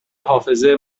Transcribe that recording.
حافظه